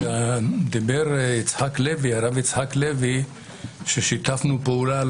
דיבר הרב יצחק לוי על כך ששיתפנו פעולה,